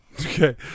Okay